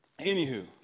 Anywho